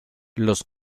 los